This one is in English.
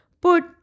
put